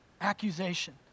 Accusation